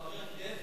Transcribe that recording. הוא חבר כנסת?